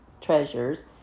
treasures